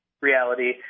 reality